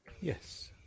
Yes